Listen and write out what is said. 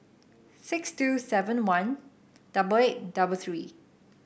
six two seven one double eight double three